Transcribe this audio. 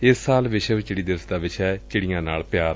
ਏਸ ਸਾਲ ਵਿਸ਼ਵ ਚਿੜੀ ਦਿਵਸ ਦਾ ਵਿਸ਼ਾ ਏ ਚਿੜੀਆਂ ਨਾਲ ਪਿਆਰ